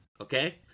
Okay